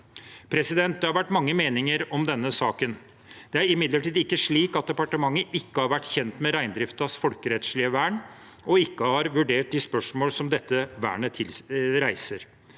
næringen. Det har vært mange meninger om denne saken. Det er imidlertid ikke slik at departementet ikke har vært kjent med reindriftens folkerettslige vern og ikke har vurdert de spørsmål som dette vernet reiser.